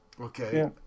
Okay